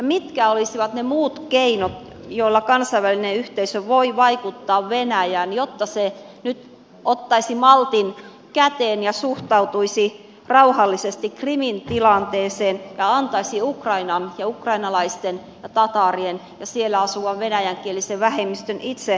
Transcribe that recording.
mitkä olisivat ne muut keinot joilla kansainvälinen yhteisö voi vaikuttaa venäjään jotta se nyt ottaisi maltin käteen ja suhtautuisi rauhallisesti krimin tilanteeseen ja antaisi ukrainan ukrainalaisten tataarien ja siellä asuvan venäjänkielisen vähemmistön itse päättää krimin tulevaisuudesta